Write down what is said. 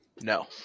No